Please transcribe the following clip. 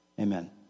Amen